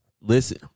Listen